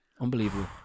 Unbelievable